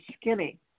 skinny